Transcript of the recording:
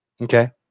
Okay